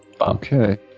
Okay